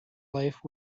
life